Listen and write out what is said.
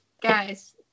Guys